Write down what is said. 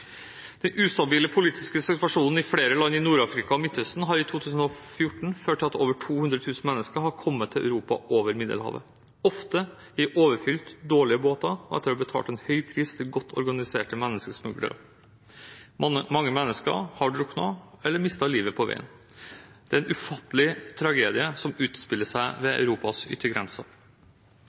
Den ustabile politiske situasjonen i flere land i Nord-Afrika og Midtøsten har i 2014 ført til at over 200 000 mennesker har kommet til Europa over Middelhavet, ofte i overfylte, dårlige båter og etter å ha betalt en høy pris til godt organiserte menneskesmuglere. Mange mennesker har druknet eller mistet livet på veien. Det er en ufattelig tragedie som utspiller seg ved Europas yttergrenser.